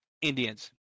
Indians